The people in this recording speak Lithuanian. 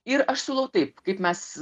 ir aš siūlau taip kaip mes